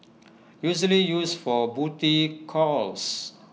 usually used for booty calls